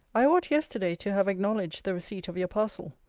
i ought yesterday to have acknowledged the receipt of your parcel.